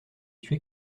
tué